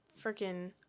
freaking